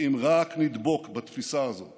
שאם רק נדבק בתפיסה הזאת